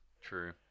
true